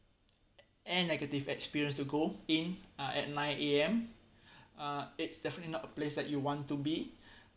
and negative experience to go in uh at nine A_M uh it's definitely not a place that you want to be